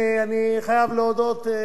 אתה לא תאמין למה שאני אומר לך,